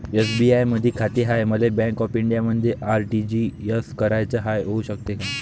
SBI मधी खाते हाय, मले बँक ऑफ इंडियामध्ये आर.टी.जी.एस कराच हाय, होऊ शकते का?